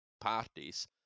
parties